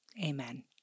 Amen